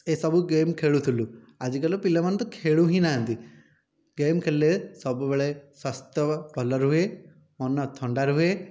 ଏ ସବୁ ଗେମ୍ ଖେଳୁଥିଲୁ ଆଜିକାଲି ପିଲାମାନେ ତ ଖେଳୁ ହିଁ ନାହାନ୍ତି ଗେମ୍ ଖେଳିଲେ ସବୁବେଳେ ସ୍ୱାସ୍ଥ୍ୟ ଭଲ ରୁହେ ମନ ଥଣ୍ଡା ରୁହେ